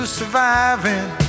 surviving